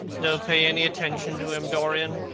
don't pay any attention to him, dorian,